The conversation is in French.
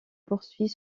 poursuit